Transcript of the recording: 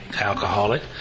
alcoholic